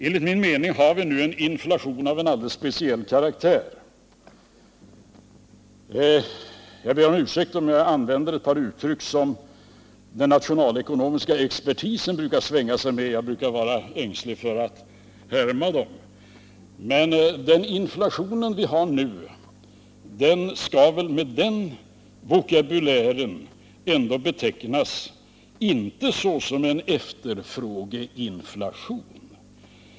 Enligt min mening har vi nu en inflation av alldeles speciell karaktär. Jag ber om ursäkt för att jag använder ett par uttryck, som den nationalekonomiska expertisen brukar svänga sig med. Jag brukar vara ängslig för att härma den. Men den inflation som vi nu har skall väl med den vokabulären ändå inte betecknas såsom en efterfrågeinflation.